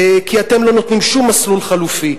כי אתם לא נותנים שום מסלול חלופי.